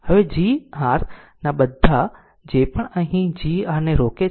હવે G r ના આ બધા જે પણ આ બધા g r ને રોકે છે